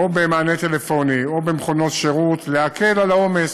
במענה טלפוני או במכונות שירות, להקל את העומס,